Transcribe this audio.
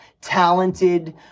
talented